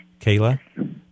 Kayla